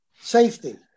Safety